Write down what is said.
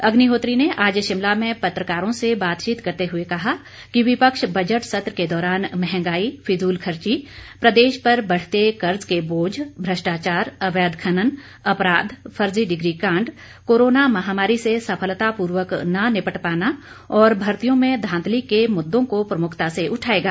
अग्निहोत्री ने आज शिमला में पत्रकारों से बातचीत करते हुए कहा कि विपक्ष बजट सत्र के दौरान महंगाई फिजुल खर्ची प्रदेश पर बढते कर्ज के बोझ भ्रष्टाचार अवैध खनन अपराध फर्जी डिग्री कांड कोरोना महामारी से सफलता पूर्वक न निपट पाना और भर्तियों में धांधली के मुददों को प्रमुखता से उठाएगा